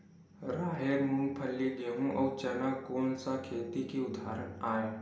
राहेर, मूंगफली, गेहूं, अउ चना कोन सा खेती के उदाहरण आवे?